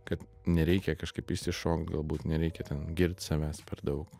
kad nereikia kažkaip išsišokt galbūt nereikia ten girt savęs per daug